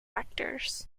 actors